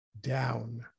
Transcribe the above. down